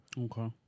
Okay